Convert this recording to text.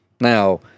Now